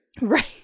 right